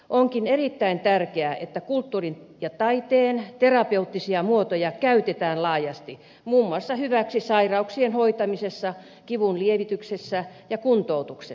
onkin erittäin tärkeää että kulttuurin ja taiteen terapeuttisia muotoja käytetään laajasti hyväksi muun muassa sairauksien hoitamisessa kivunlievityksessä ja kuntoutuksessa